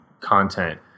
content